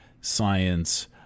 science